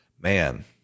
Man